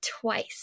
twice